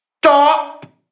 stop